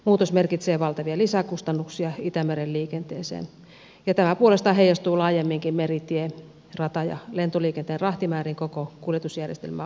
muutos merkitsee valtavia lisäkustannuksia itämeren liikenteeseen ja tämä puolestaan heijastuu laajemminkin meri tie rata ja lentoliikenteen rahtimääriin koko kuljetusjärjestelmään ulottuen